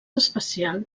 especial